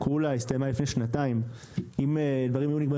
היא הסתיימה רק לפני שנתיים; אם דברים היו נגמרים